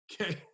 Okay